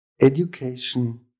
education